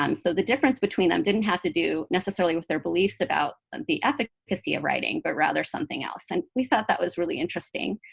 um so the difference between them didn't have to do necessarily with their beliefs about the efficacy of writing, but rather something else. and we thought that was really interesting.